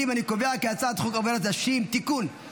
חוק עבודת נשים (תיקון,